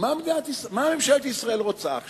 מה ממשלת ישראל רוצה עכשיו.